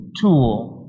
tool